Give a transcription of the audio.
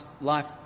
life